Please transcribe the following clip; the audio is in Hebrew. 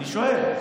אני שואל.